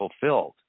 fulfilled